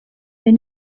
they